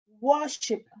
worship